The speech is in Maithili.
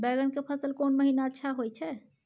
बैंगन के फसल कोन महिना अच्छा होय छै?